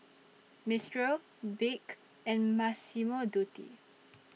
Mistral Bic and Massimo Dutti